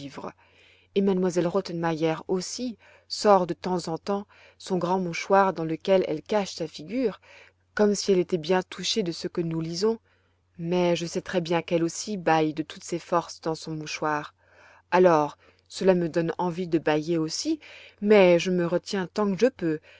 et m elle rottenmeier aussi sort de temps en temps son grand mouchoir dans le quel elle cache sa figure comme si elle était bien touchée de ce que nous lisons mais je sais très-bien qu'elle aussi baîlle de toutes ses forces dans son mouchoir alors cela me donne envie de baîller aussi mais je me retiens tant que je peux